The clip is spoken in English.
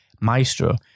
maestro